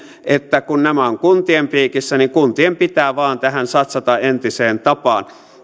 että kun nämä ovat kuntien piikissä niin kuntien pitää vain tähän satsata entiseen tapaan